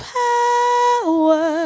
power